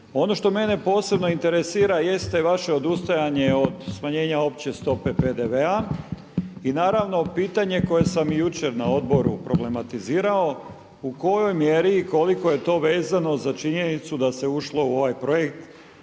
Ono što mene posebno interesira jeste vaše odustajanje od smanjenja opće stope PDV-a i naravno pitanje koje sam i jučer na odboru problematizirao u kojoj mjeri i koliko je to vezano za činjenicu da se ušlo u ovaj projekt